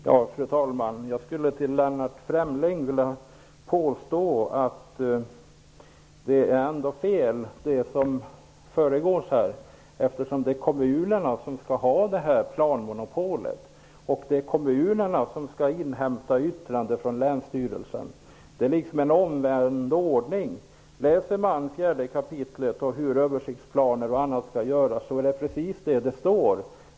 Fru talman! Jag skulle vilja säga till Lennart Fremling att det som här påstås är fel, eftersom det är kommunerna som skall ha detta planmonopol och det är kommunerna som skall inhämta yttrande från länsstyrelsen. Det är en omvänd ordning. Om man läser 4 kap. om hur översiktsplaner och annat skall göras, finner man att det är precis vad som står.